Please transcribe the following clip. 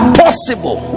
possible